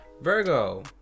Virgo